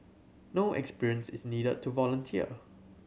no experience is needed to volunteer